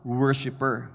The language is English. worshiper